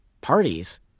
parties